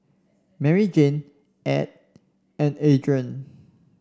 Maryjane Ed and Andrae